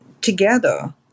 together